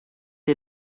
ihr